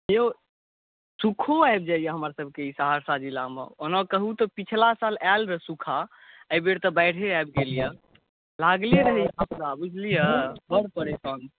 यौ सूखो आबि जाइए हमरसभके सहरसा जिलामे ओना कहू तऽ पिछला साल आयल रहए सूखा एहि बेर तऽ बाढ़िए आबि गेल यए लागले रहैए आपदा बुझलियै बड्ड परेशान छी